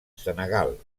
senegal